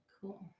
Cool